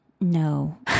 no